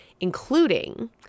including